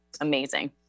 amazing